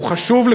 הוא חשוב.